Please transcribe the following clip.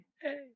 hey